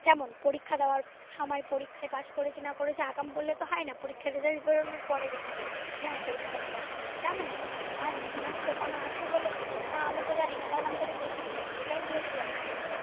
যেমন পরীক্ষা দেওয়ার সময় পরীক্ষায় পাশ করেছি না করেছি এরকম করলে তো হয় না পরীক্ষার রেজাল্ট বেরোনোর পরে জানা যায় যে হ্যাঁ পরীক্ষায় আমি পাশ করেছি তেমনই মাছ মৎস্যকন্যা আছে বলে আমি তো জানি না কারণ আমি তাকে দেখিনি এটাই হলো পুরাতন আধুনিক